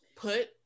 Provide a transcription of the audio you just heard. Put